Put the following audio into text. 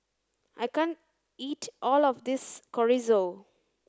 I can't eat all of this Chorizo